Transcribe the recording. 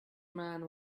man